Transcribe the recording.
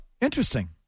Interesting